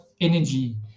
energy